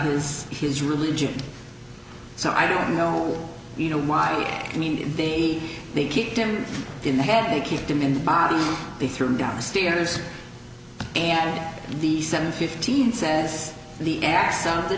his his religion so i don't know you know why i mean the they kicked him in the head they kicked him in the body be thrown down the stairs and the seven fifteen says the